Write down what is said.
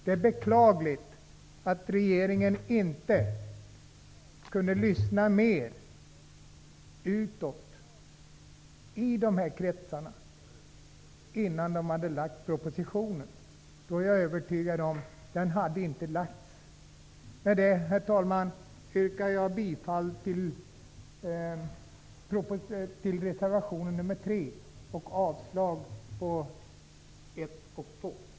Det är beklagligt att regeringen inte lyssnade mer på vad som sades i de kretsarna innan de lade propositionen. Då hade den inte lagts, det är jag övertygad om. Med det, herr talman, yrkar jag bifall till reservation nr 3 och avslag på nr 1 och 2.